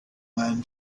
when